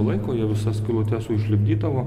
laiko jie visas skylutes užlipdydavo